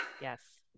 Yes